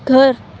گھر